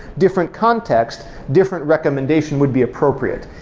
different context, different recommendation would be appropriate.